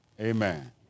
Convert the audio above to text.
Amen